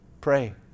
Pray